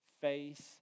face